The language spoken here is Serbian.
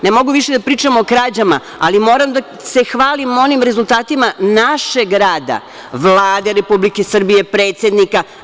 Ne mogu više da pričam o krađama, ali moram da se hvalim onim rezultatima našeg rada, Vlade Republike Srbije, predsednika.